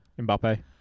Mbappe